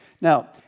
Now